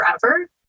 forever